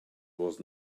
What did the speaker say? was